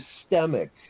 systemic